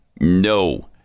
No